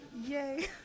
Yay